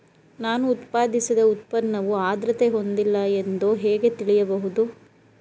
ನಾನು ಉತ್ಪಾದಿಸಿದ ಉತ್ಪನ್ನವು ಆದ್ರತೆ ಹೊಂದಿಲ್ಲ ಎಂದು ಹೇಗೆ ತಿಳಿಯಬಹುದು?